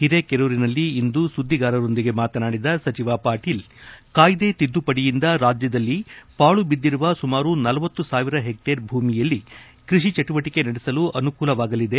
ಒರೇಕೆರೂರಿನಲ್ಲಿಂದು ಸುದ್ದಿಗಾರರೊಂದಿಗೆ ಮಾತನಾಡಿದ ಸಚಿವ ಪಾಟೀಲ್ ಕಾಯ್ದೆ ತಿದ್ದುಪಡಿಯಿಂದ ರಾಜ್ಯದಲ್ಲಿ ಪಾಳು ಐದ್ದಿರುವ ಸುಮಾರು ನಲವತ್ತು ಸಾವಿರ ಪೆಕ್ಷೇರ್ ಭೂಮಿಯಲ್ಲಿ ಕ್ರಷಿ ಜೆಟುವಟಿಕೆ ನಡೆಸಲು ಅನುಕೂಲವಾಗಲಿದೆ